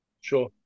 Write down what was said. sure